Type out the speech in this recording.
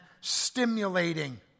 stimulating